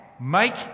make